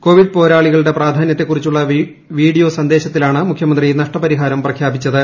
Covid പോരാളികളുടെ പ്രാധാന്യത്തെക്കുറിച്ചുള്ള video സന്ദേശത്തിലാണ് മുഖ്യമന്ത്രി നഷ്ടപരിഹാരം പ്രഖ്യാപിച്ചത്